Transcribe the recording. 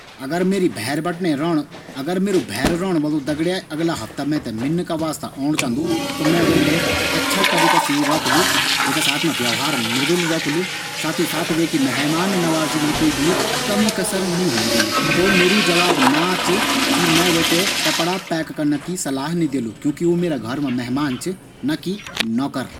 अगर मेरु भैर रण वाळू दगड़िया अगला हफ्ता मैं से मिलणा का वास्ता ओँण चांदु त मैं वी थें अच्छे से अफणा साथ मा रखलु। विका साथ मृदुल व्यवहार रखलु। और विकी मेहमान नवाजी मा कुई कमी कसर नी छोड़लू। तो मेरु जवाब ना च कि मैं वी थें कपड़ा पैक करना की सलाह नी देलु। क्योंकि मेरा घर मा वू मेहमान च ना कि नौकर।